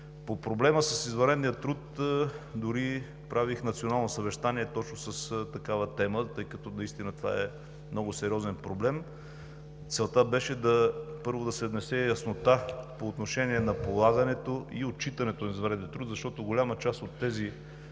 По проблема с извънредния труд дори правих Национално съвещание точно с такава тема, тъй като това е много сериозен проблем. Целта беше, първо, да се внесе яснота по отношение на полагането и отчитането на извънреден труд, защото голяма част от тези